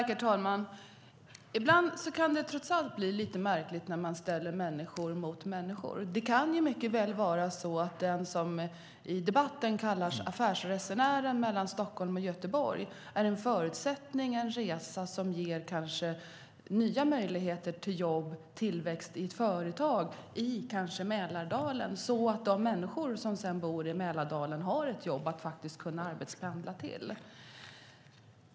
Herr talman! Ibland kan det trots allt bli lite märkligt när man ställer människor mot människor. Det kan mycket väl vara så att den som i debatten kallas affärsresenären mellan Stockholm och Göteborg ger nya möjligheter till jobb och tillväxt i företag i Mälardalen, så att de människor som bor i Mälardalen sedan har ett jobb att arbetspendla till.